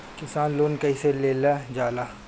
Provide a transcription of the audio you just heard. किसान लोन कईसे लेल जाला?